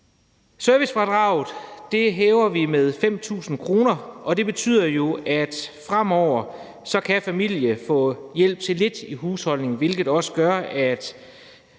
Servicefradraget hæver vi med 5.000 kr., og det betyder jo, at familier fremover kan få lidt hjælp til husholdningen, hvilket også gør,